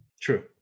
true